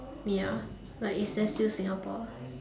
ya like is there still Singapore